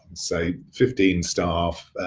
say, fifteen staff,